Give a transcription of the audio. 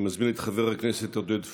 אני מזמין את חבר הכנסת עודד פורר,